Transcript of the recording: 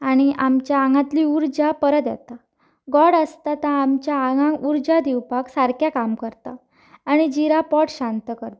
आनी आमच्या आंगांतली उर्जा परत येता गोड आसता तं आमच्या आंगाक उर्जा दिवपाक सारकें काम करता आनी जिरा पोट शांत करता